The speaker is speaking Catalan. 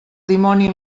dimoni